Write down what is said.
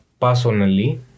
personally